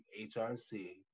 HRC